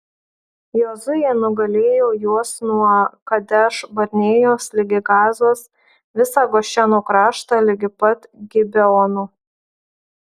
jozuė nugalėjo juos nuo kadeš barnėjos ligi gazos visą gošeno kraštą ligi pat gibeono